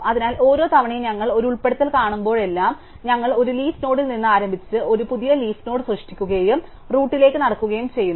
അതിനാൽ ഓരോ തവണയും ഞങ്ങൾ ഒരു ഉൾപ്പെടുത്തൽ കാണുമ്പോഴെല്ലാം ഞങ്ങൾ ഒരു ലീഫ് നോഡിൽ നിന്ന് ആരംഭിച്ച് ഒരു പുതിയ ലീഫ് നോഡ് സൃഷ്ടിക്കുകയും ഞങ്ങൾ റൂട്ടിലേക്ക് നടക്കുകയും ചെയ്യുന്നു